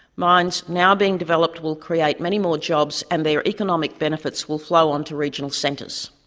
mines now being developed will create many more jobs and their economic benefits will flow on to regional centres.